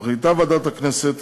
ועדת הכנסת